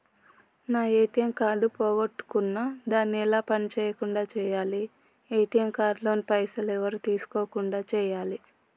నా ATM card పోగొట్టుకున్నా దాన్ని ఎలా పని చేయకుండా చేయాలి ఏ.టి.ఎమ్ కార్డు లోని పైసలు ఎవరు తీసుకోకుండా చేయాలి?